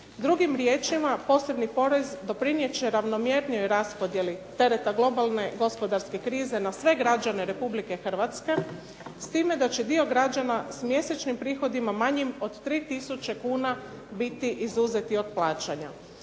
Drugim riječima, posebni porez doprinijet će ravnomjernijoj raspodjeli tereta globalne gospodarske krize na sve građane Republike Hrvatske, s time da će dio građana s mjesečnim prihodima manjim od 3 tisuće kuna biti izuzeti od plaćanja.